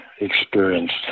experienced